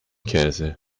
käse